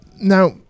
now